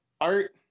art